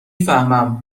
فهمم